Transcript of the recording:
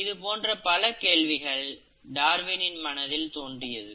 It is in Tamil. இது போன்று பல கேள்விகள் டார்வினின் மனதில் தோன்றியது